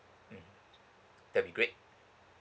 mm that'll be great